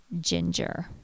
ginger